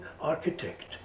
architect